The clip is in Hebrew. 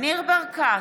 ניר ברקת,